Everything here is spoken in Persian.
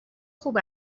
خوب